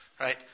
Right